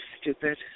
stupid